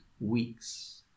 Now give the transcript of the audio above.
weeks